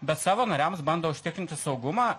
bet savo nariams bando užsitikrinti saugumą